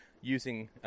using